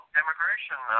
immigration